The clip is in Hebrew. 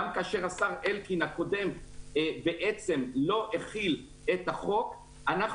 גם כאשר השר הקודם אלקין בעצם לא החיל את החוק אנחנו